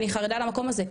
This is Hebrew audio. אני חרדה למקום הזה,